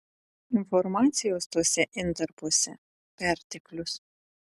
informacijos tuose intarpuose perteklius